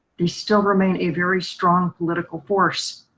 they still remain a very strong political force.